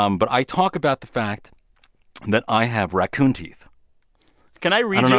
um but i talk about the fact that i have raccoon teeth can i read and